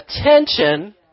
attention